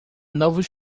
novos